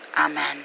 Amen